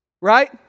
right